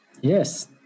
yes